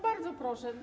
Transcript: Bardzo proszę.